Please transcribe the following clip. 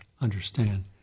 understand